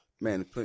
man